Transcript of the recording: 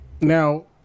now